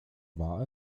war